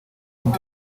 york